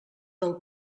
del